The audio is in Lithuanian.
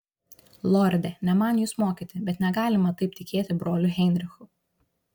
lorde ne man jus mokyti bet negalima taip tikėti broliu heinrichu